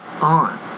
on